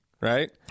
Right